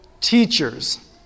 teachers